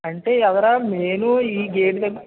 అంటే అక్కడ మెయిన్ ఈ గేటు దగ్గర